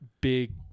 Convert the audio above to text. big